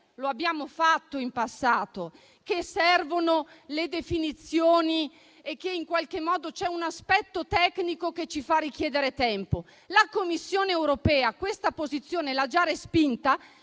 lo abbiamo fatto in passato - che servono le definizioni e che in qualche modo c'è un aspetto tecnico che ci fa richiedere tempo. La Commissione europea ha già respinto